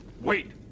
Wait